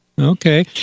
Okay